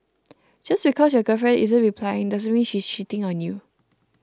just because your girlfriend isn't replying doesn't mean she's cheating on you